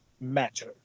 matter